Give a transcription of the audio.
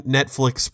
Netflix